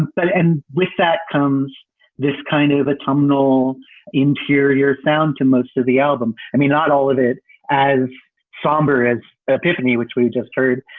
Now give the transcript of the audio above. but and with that comes this kind of autumnal interior sound to most of the album. i mean, not all of it as somber as epiphanny, which we just heard,